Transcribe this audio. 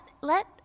let